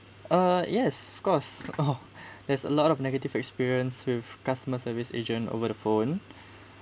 uh yes of course there's a lot of negative experience with customer service agent over the phone